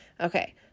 Okay